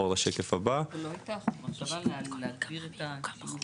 לא הייתה מחשבה להגביר את השימוש בגז?